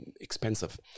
expensive